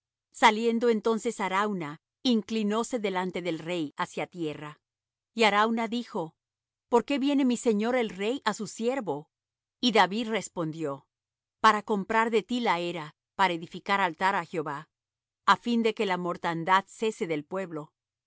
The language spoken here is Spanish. saliendo entonces arauna inclinóse delante del rey hacia tierra y arauna dijo por qué viene mi señor el rey á su siervo y david respondió para comprar de ti la era para edificar altar á jehová á fin de que la mortandad cese del pueblo